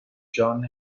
john